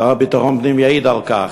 השר לביטחון הפנים יעיד על כך,